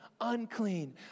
unclean